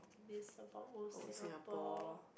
miss about old Singapore